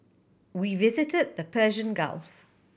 we visited the Persian Gulf